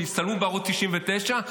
שיצטלמו בערוץ 99,